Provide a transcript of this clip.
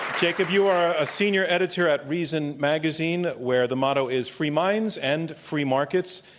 jacob, you are a senior editor at reason magazine where the motto is free minds and free markets.